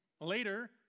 Later